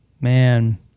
Man